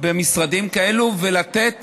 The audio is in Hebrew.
במשרדים כאלה, ולתת